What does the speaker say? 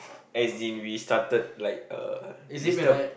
as in we started like uh disturb